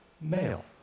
male